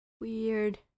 Weird